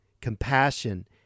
compassion